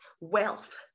wealth